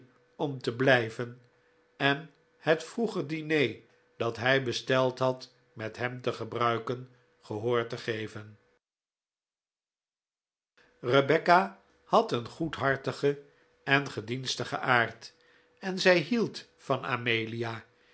om te blijven en het vroege diner dat hij besteld had met hem te gebruiken gehoor te geven rebecca had een goedhartigen en gedienstigen aard en zij hield van amelia